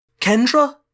Kendra